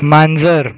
मांजर